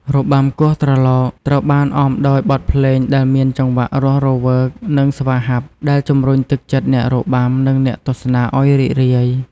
របាំគោះត្រឡោកត្រូវបានអមដោយបទភ្លេងដែលមានចង្វាក់រស់រវើក និងស្វាហាប់ ដែលជំរុញទឹកចិត្តអ្នករបាំ និងអ្នកទស្សនាឱ្យរីករាយ។